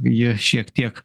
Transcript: jie šiek tiek